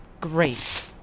Great